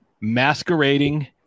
masquerading